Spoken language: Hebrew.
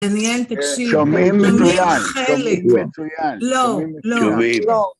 דניאל תקשיב שומעים מצויין שומעים חלק לא, לא, לא.